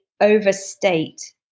overstate